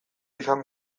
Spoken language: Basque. izan